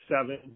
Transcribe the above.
seven